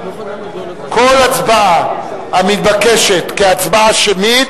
כל הצבעה המתבקשת כהצבעה שמית,